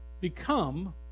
become